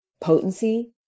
potency